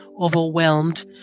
overwhelmed